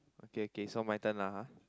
okay okay so my turn lah !huh!